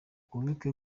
wibuke